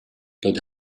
but